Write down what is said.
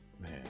Man